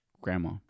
grandma